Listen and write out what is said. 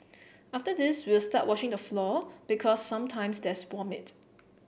after this we will start washing the floor because sometimes there's vomit